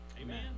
Amen